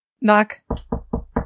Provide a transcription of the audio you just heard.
Knock